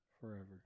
Forever